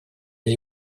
для